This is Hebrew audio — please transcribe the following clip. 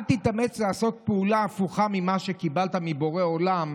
אל תתאמץ לעשות פעולה הפוכה ממה שקיבלת מבורא עולם: